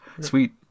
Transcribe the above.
Sweet